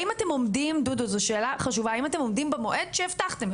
דודו האם אתם עומדים במועד שהבטחתם?